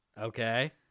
Okay